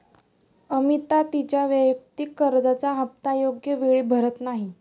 अमिता तिच्या वैयक्तिक कर्जाचा हप्ता योग्य वेळी भरत नाही